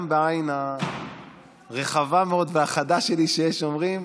גם העין הרחבה מאוד והחדה שלי, יש אומרים,